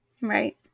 Right